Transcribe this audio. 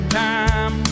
time